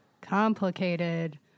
complicated